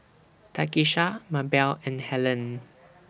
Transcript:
Takisha Mabelle and Helene